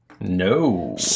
No